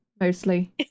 mostly